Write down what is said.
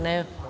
Ne.